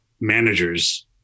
managers